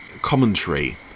commentary